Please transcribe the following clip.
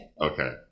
okay